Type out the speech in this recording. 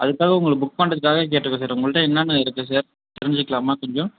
அதுக்காக உங்களை புக் பண்ணுறதுக்காக கேட்டுக்கிறேன் சார் உங்ககிட்ட என்னென்ன இருக்குது சார் தெரிஞ்சுக்கலாமா கொஞ்சம்